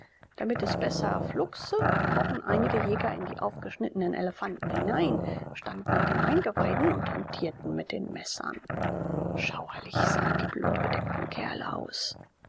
damit es besser flugse krochen einige neger in die aufgeschnittenen elefanten hinein standen in den eingeweiden und hantierten mit dem messer schauerlich sahen die blutbedeckten kerle aus